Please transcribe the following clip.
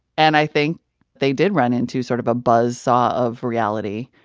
and i think they did run into sort of a buzz saw of reality.